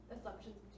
assumptions